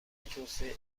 توسعه